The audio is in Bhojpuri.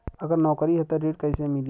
अगर नौकरी ह त ऋण कैसे मिली?